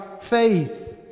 faith